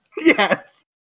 Yes